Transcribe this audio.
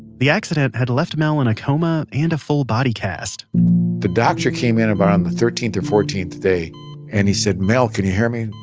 the accident had left mel in a coma and a full body cast the doctor came in about on the thirteenth or fourteenth day and he said, mel, can you hear me?